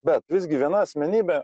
bet visgi viena asmenybė